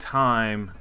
time